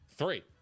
Three